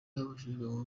basubijwe